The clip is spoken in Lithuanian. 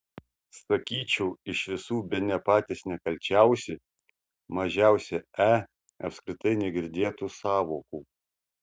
sakyčiau iš visų bene patys nekalčiausi mažiausia e apskritai negirdėtų sąvokų